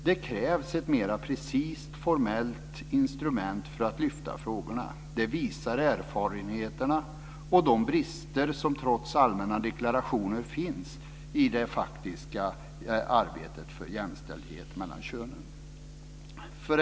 Det krävs ett mer precist formellt instrument för att lyfta frågorna. Det visar erfarenheterna och de brister som trots allmänna deklarationer finns i det faktiska arbetet för jämställdhet mellan könen.